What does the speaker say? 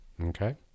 Okay